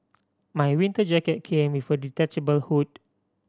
my winter jacket came with a detachable hood